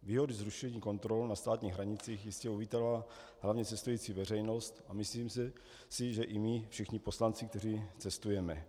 Výhody zrušení kontrol na státních hranicích jistě uvítala hlavně cestující veřejnost a myslím si, že i my všichni poslanci, kteří cestujeme.